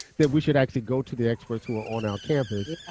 that we should actually go to the experts who are on our campus.